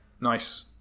nice